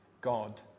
God